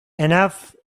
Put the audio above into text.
enough